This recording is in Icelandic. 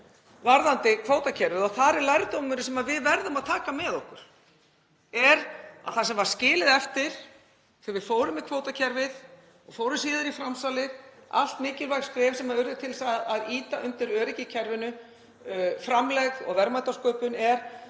varðandi kvótakerfið og er lærdómurinn sem við verðum að taka með okkur, er það sem var skilið eftir þegar við fórum í kvótakerfið og fórum síðar í framsalið, allt mikilvæg skref sem urðu til þess að ýta undir öryggi í kerfinu, framlegð og verðmætasköpun.